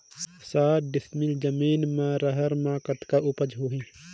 साठ डिसमिल जमीन म रहर म कतका उपजाऊ होही?